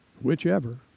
Whichever